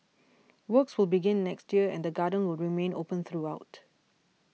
works will begin next year and the garden will remain open throughout